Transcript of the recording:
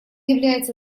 является